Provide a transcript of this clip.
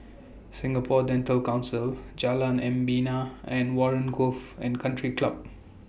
Singapore Dental Council Jalan Membina and Warren Golf and Country Club